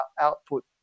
output